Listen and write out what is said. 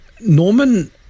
Norman